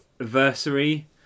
anniversary